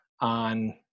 on